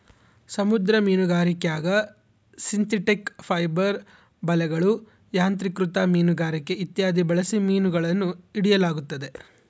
ಸಮುದ್ರ ಮೀನುಗಾರಿಕ್ಯಾಗ synthetic fibre ಬಲೆಗಳು, ಯಾಂತ್ರಿಕೃತ ಮೀನುಗಾರಿಕೆ ಇತ್ಯಾದಿ ಬಳಸಿ ಮೀನುಗಳನ್ನು ಹಿಡಿಯಲಾಗುತ್ತದೆ